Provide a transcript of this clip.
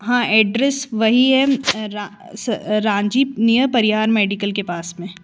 हाँ एड्रेस वही है रांझी नियर परिहार मेडिकल के पास में